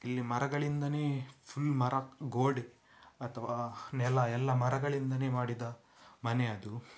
ಇಲ್ಲಿ ಮರಗಳಿಂದಲೇ ಫುಲ್ ಮರ ಗೋಡೆ ಅಥವಾ ನೆಲ ಎಲ್ಲ ಮರಗಳಿಂದಲೆ ಮಾಡಿದ ಮನೆ ಅದು